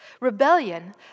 Rebellion